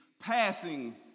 passing